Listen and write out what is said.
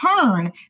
turn